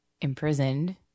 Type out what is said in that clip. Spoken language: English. imprisoned